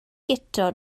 guto